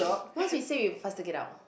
once we say it you faster get out